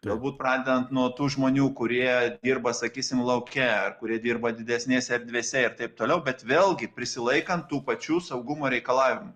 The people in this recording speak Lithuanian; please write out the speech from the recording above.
galbūt pradedant nuo tų žmonių kurie dirba sakysim lauke ar kurie dirba didesnėse erdvėse ir taip toliau bet vėlgi prisilaikant tų pačių saugumo reikalavimų